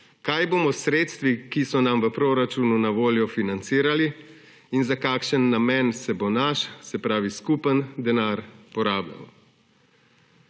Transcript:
kaj bomo s sredstvi, ki so nam v proračunu na voljo, financirali in za kakšen namen se bo naš, se pravi skupen denar porabljal.